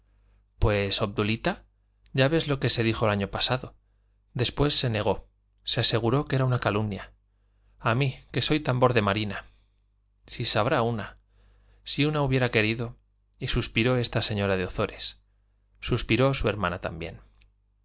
pues obdulita ya ves lo que se dijo el año pasado después se negó se aseguró que era una calumnia a mí que soy tambor de marina si sabrá una si una hubiera querido y suspiró esta señorita de ozores suspiró su hermana también